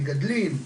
מגדלים,